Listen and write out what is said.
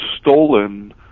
stolen